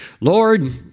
Lord